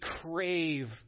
crave